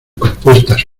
compuestas